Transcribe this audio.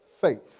faith